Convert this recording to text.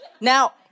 Now